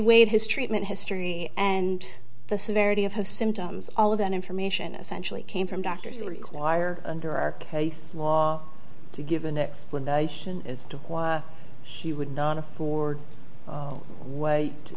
weighed his treatment history and the severity of his symptoms all of that information essentially came from doctors that require under our case law to give an explanation as to why he would not afford